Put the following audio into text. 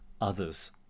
others